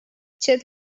chat